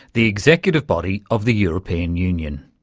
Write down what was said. the executive body of the european union.